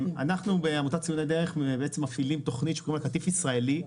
אנחנו בעמותת ציוני דרך מפעילים תוכנית שנקראת "קטיף ישראלי".